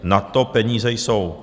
Na to peníze jsou.